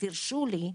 ותרשו לי,